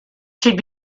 should